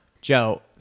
Joe